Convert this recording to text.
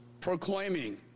proclaiming